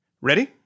Ready